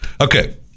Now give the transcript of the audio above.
Okay